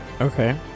Okay